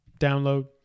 download